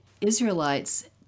Israelites